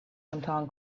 امتحان